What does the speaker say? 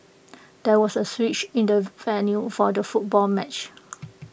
there was A switch in the venue for the football match